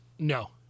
No